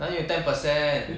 哪里有 ten percent